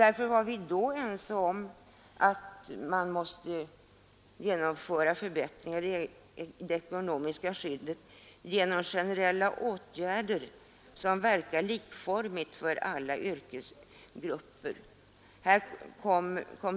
Därför var vi då ense om att man måste genomföra förbättringar av det ekonomiska skyddet genom generella åtgärder som verkar likformigt för alla yrkesgrupper.